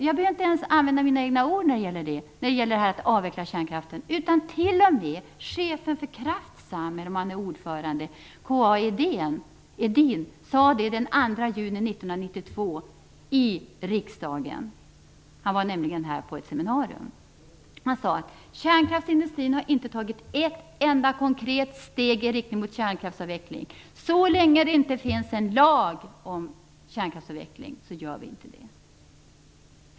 Jag behöver inte ens använda min egna ord när det gäller att avveckla kärnkraften, utan t.o.m. chefen, eller om han är ordförande, för Kraftsam, K-A Edin, sade vid ett seminarium här i riksdagen den 2 juni 1992: Kärnkraftsindustrin har inte tagit ett enda konkret steg i riktning mot kärnkraftsavveckling. Så länge det inte finns en lag om kärnkraftsavveckling, så gör vi inte det.